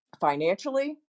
financially